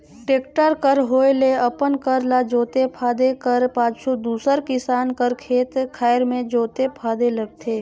tractor कर होए ले अपन कर ल जोते फादे कर पाछू दूसर किसान कर खेत खाएर मे जोते फादे लगथे